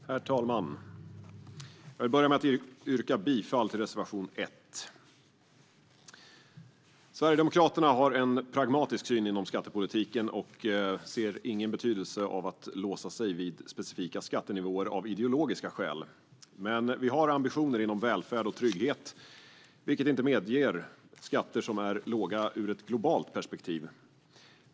Herr talman! Jag vill börja med att yrka bifall till reservation 1. Sverigedemokraterna har en pragmatisk syn inom skattepolitiken och ser ingen betydelse av att låsa sig vid specifika skattenivåer av ideologiska skäl. Men vi har ambitioner inom välfärd och trygghet, vilka inte medger skatter som är låga ur ett globalt perspektiv.